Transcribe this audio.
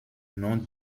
nom